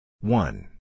one